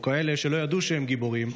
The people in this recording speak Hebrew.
או כאלה שלא ידעו שהם גיבורים,